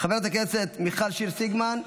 חברת הכנסת מיכל שיר סגמן,